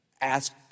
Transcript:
Ask